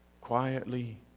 quietly